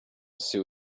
sue